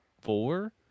four